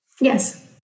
Yes